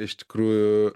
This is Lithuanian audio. iš tikrųjų